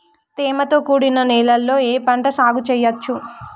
తేమతో కూడిన నేలలో ఏ పంట సాగు చేయచ్చు?